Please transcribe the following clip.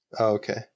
Okay